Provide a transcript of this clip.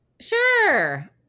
Sure